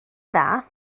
dda